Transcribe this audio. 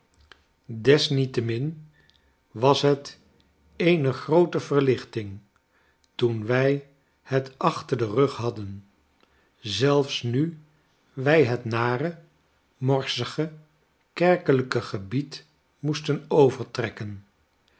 desniettemin was het eene groote verlichting toen wij het achter den rug hadden zelfs nu wij het nare morsige kerkelijk gebied moesten overtrekken